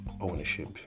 ownership